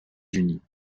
unis